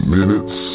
Minutes